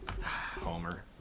homer